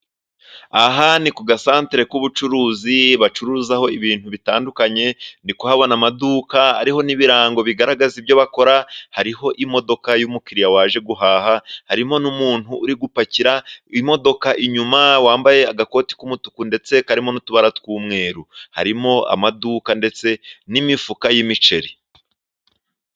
Aha ni ku gasantere k’ubucuruzi, bacuruzaho ibintu bitandukanye. Ndi kuhabona amaduka, ari n’ibirango bigaragaza ibyo bakora. Hariho imodoka y’umukiliya waje guhaha. Harimo n’umuntu uri gupakira imodoka inyuma, wambaye agakoti k’umutuku, karimo n’utubara tw’umweru. Harimo amaduka, ndetse n’imifuka y’imiceri.